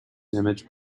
image